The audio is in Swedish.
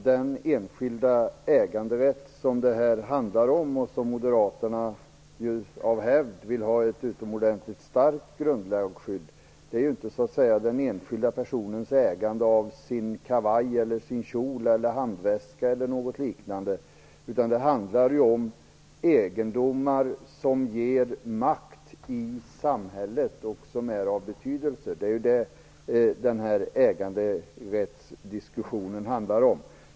Den enskilda äganderätt som det här handlar om och som moderaterna av hävd vill ha ett utomordentligt starkt grundlagsskydd för gäller inte den enskilda personens ägande av sin kavaj, sin kjol, sin handväska eller något liknande, utan det handlar om egendomar som ger makt och som är av betydelse i samhället. Det är det som den här äganderättsdiskussionen handlar om.